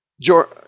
George